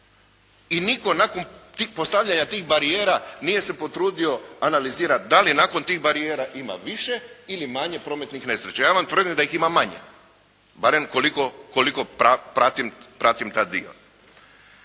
I nitko nakon postavljanja tih barijera nije se potrudio analizirati da li nakon tih barijera ima više ili manje prometnih nesreća. Ja vam tvrdim da ih ima manje, barem koliko pratim taj dio.